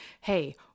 Hey